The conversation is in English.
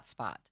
hotspot